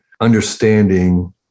understanding